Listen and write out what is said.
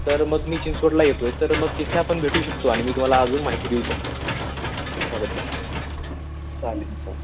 तर मग मी चिंचवडला येतो आहे तर मग तिथे आपण भेटू शकतो आणि मी तुम्हाला अजून माहिती देऊ शकतो त्याबद्दल चालेल चालेल